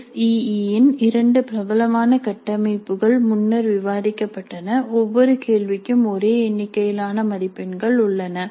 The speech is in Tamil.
எஸ் இஇ இன் இரண்டு பிரபலமான கட்டமைப்புகள் முன்னர் விவாதிக்கப்பட்டன ஒவ்வொரு கேள்விக்கும் ஒரே எண்ணிக்கையிலான மதிப்பெண்கள் உள்ளன